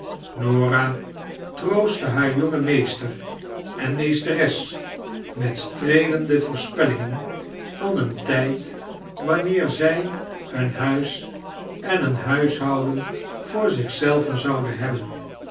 troostte haar jongen meester en meesteres met streelende voorspellingen van een tgd wanneer zij een huis en een huishouden voor zich zelven zouden hebben